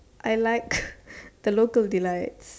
I like the local delights